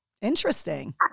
Interesting